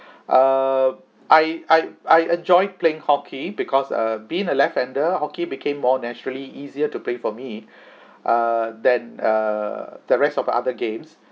uh I I I enjoy playing hockey because uh being a left hander hockey became more naturally easier to play for me err than err the rest of other games